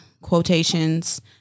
quotations